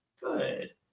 good